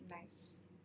nice